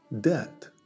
debt